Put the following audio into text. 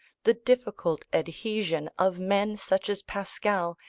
the difficult adhesion, of men such as pascal,